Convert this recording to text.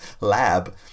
lab